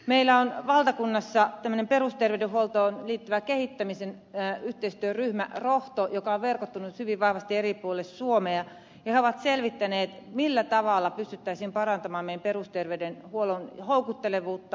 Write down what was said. meillä on valtakunnassa tämmöinen perusterveydenhuoltoon liittyvä kehittämisen yhteistyöryhmä rohto joka on verkottunut hyvin vahvasti eri puolille suomea ja he ovat selvittäneet millä tavalla pystyttäisiin parantamaan meidän perusterveydenhuollon houkuttelevuutta